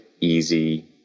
easy